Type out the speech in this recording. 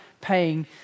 paying